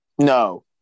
No